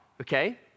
okay